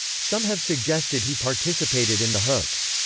some have suggested he participated in the hoax.